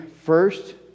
first